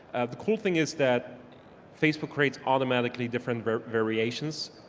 the cool thing is that facebook creates automatically different variations.